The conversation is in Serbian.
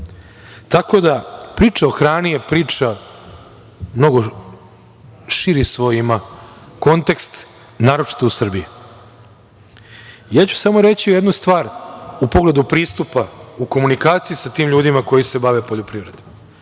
Tako da, priča o hrani je priča, mnogo širi svoj ima kontekst, naročito u Srbiji. Reći ću samo jednu stvar u pogledu pristupa u komunikaciji sa tim ljudima koji se bave poljoprivredom.